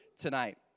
tonight